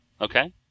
Okay